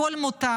הכול מותר.